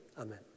amen